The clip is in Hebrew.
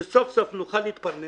שסוף-סוף נוכל להתפרנס.